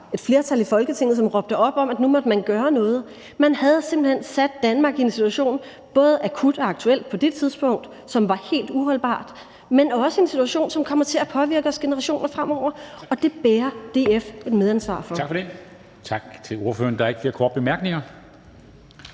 et flertal i Folketinget, som råbte op om, at nu måtte man gøre noget. Man havde simpelt hen sat Danmark i en situation, både akut og aktuelt på det tidspunkt, som var helt uholdbar, men også en situation, som kommer til at påvirke os generationer fremover, og det bærer DF et medansvar for.